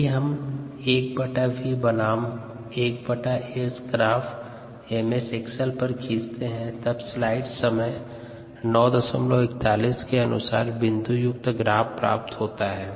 यदि हम 1v बनाम 1S graph M S Excel पर खींचतें है तब स्लाइड समय 0941 के अनुसार बिंदु युक्त ग्राफ प्राप्त होता है